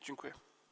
Dziękuję.